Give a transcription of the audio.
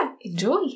enjoy